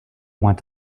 want